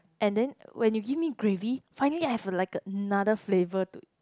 and then when you give me gravy finally I have like a another flavour to eat